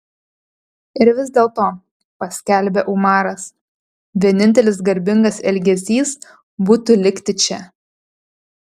ir vis dėlto paskelbė umaras vienintelis garbingas elgesys būtų likti čia